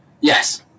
Yes